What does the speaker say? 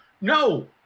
No